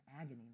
agony